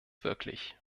wirklich